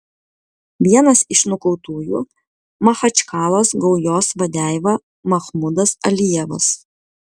vienas iš nukautųjų machačkalos gaujos vadeiva mahmudas alijevas